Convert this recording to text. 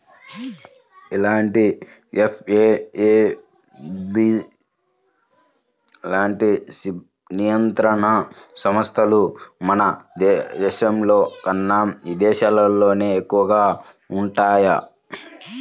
ఇలాంటి ఎఫ్ఏఎస్బి లాంటి నియంత్రణ సంస్థలు మన దేశంలోకన్నా విదేశాల్లోనే ఎక్కువగా వుంటయ్యి